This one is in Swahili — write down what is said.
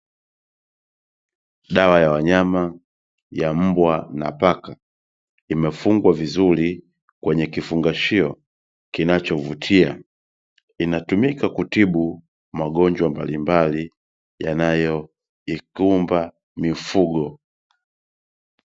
Dawa ya wanyama ya mbwa na paka imefungwa vizuri kwenye kifungashio kinachovutia, inatumika kutiba magonjwa mbalimbali yanayoikumba mifugo.